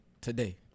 today